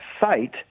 site